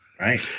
Right